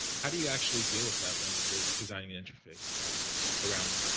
how do you actually deal with that when you're designing an interface around,